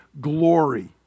glory